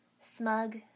Smug